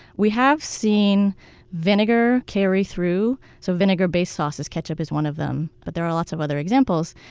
we have seen vinegar carry through, so vinegar-based sauces. ketchup is one of them. but there are lots of other examples.